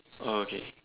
oh okay